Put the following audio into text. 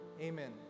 Amen